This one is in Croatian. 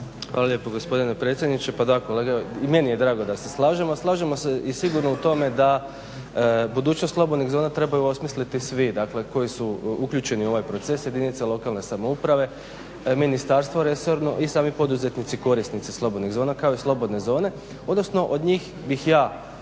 Hvala lijepa gospodine potpredsjedniče. Pa da kolega i meni je drago da se slažemo, a slažemo se i sigurno u tome da budućnost slobodnih zona trebaju osmisliti svi, dakle koji su uključeni u ovaj proces jedinica lokalne samouprave pa i ministarstva resorno i sami poduzetnici korisnici slobodnih zona kao i slobodne zone, odnosno od njih bih ja